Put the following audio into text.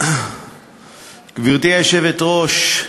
גברתי היושבת-ראש,